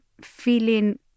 feeling